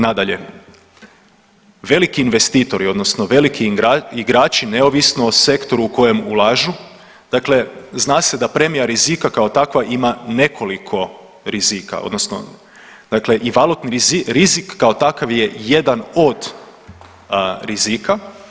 Nadalje, veliki investitori odnosno veliki igrači neovisno o sektoru u kojem ulažu, dakle zna se da premija rizika kao takva ima nekoliko rizika odnosno dakle i valutni rizik kao takav je jedan od rizika.